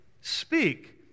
speak